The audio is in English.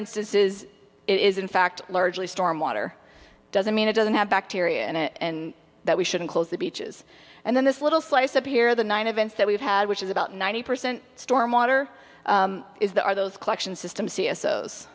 instances it is in fact largely storm water doesn't mean it doesn't have bacteria and that we shouldn't close the beaches and then this little slice up here the nine events that we've had which is about ninety percent storm water is there are those collection system